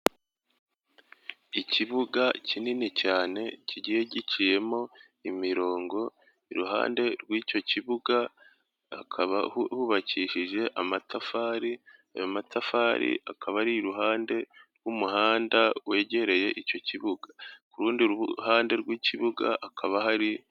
Ikibuga kinini cyane kigiye giciyemo imirongo iruhande rw'icyo kibuga akaba hubakishije amatafari ayo matafari akaba ari iruhande rw'umuhanda wegereye icyo kibuga ku rundi ruhande rw'ikibuga hakaba hari.